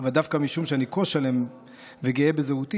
אבל דווקא משום שאני כה שלם וגאה בזהותי